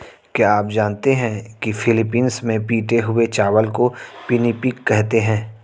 क्या आप जानते हैं कि फिलीपींस में पिटे हुए चावल को पिनिपिग कहते हैं